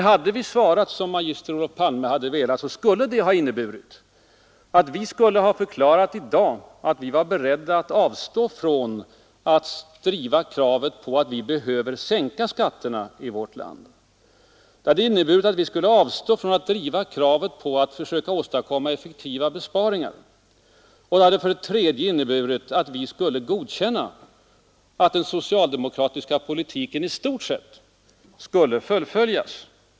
Hade vi svarat som magister Olof Palme velat skulle det för det första ha inneburit att vi i dag skulle ha förklarat att vi var beredda att avstå från att driva kravet på sänkta skatter i vårt land. Det hade för det andra inneburit att vi skulle ha avstått från att driva kravet på att försöka åstadkomma effektiva besparingar. Och det hade för det tredje inneburit att vi skulle godkänna att den socialdemokratiska politiken i stort sett skulle få fullföljas.